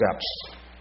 steps